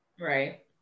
Right